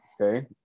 Okay